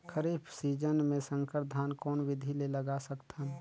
खरीफ season मे संकर धान कोन विधि ले लगा सकथन?